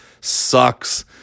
sucks